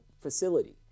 facility